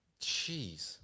Jeez